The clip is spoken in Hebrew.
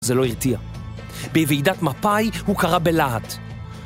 זה לא הרתיע. בוועידת מפא"י הוא קרא בלהט.